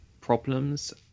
problems